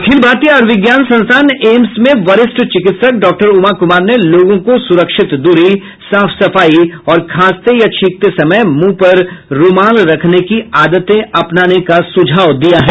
अखिल भारतीय आयुर्विज्ञान संस्थान एम्स में वरिष्ठ चिकित्सक डॉ उमा कुमार ने लोगों को सुरक्षित दूरी साफ सफाई और खांसते या छींकते समय मुंह पर रूमाल रखने की आदतें अपनाने का सुझाव दिया है